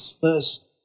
first